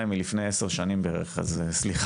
אין כרגע שינוי מהישיבה הקודמת שהייתה.